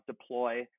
deploy